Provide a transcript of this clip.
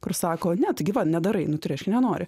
kur sako ne taigi va nedarai nu tai reiškia nenori